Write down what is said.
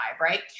Right